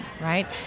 right